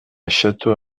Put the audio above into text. château